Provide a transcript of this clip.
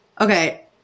Okay